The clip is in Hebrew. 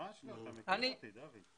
אתה מכיר אותי, דוד.